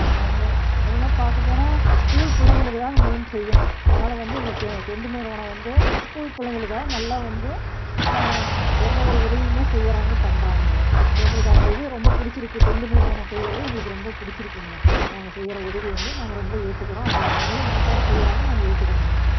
மெ மெயினாக பார்க்கப் போனால் ஸ்கூல் பிள்ளைங்களுக்குதாங்க மெயின் செய்யணும் அதனால் வந்து இந்த தொ தொண்டு நிறுவனம் வந்து ஸ்கூல் பிள்ளைங்களுக்காக நல்லா வந்து எந்தவொரு உதவியுமே செய்கிறாங்க பண்றாங்கங்க எங்களுக்கு அந்த இது ரொம்ப பிடிச்சிருக்கு தொண்டு நிறுவனம் செய்கிறது எங்களுக்கு ரொம்ப பிடிச்சிருக்குங்க அவங்க செய்கிற உதவி வந்து நாங்கள் ரொம்ப ஏற்றுக்குறோம் அவங்க அவங்களும் மனதார செய்கிறாங்க நாங்கள் ஏற்றுக்கிறோங்க